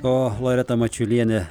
o loreta mačiulienė